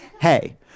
Hey